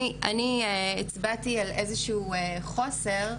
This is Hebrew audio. אני הצבעתי על איזשהו חוסר.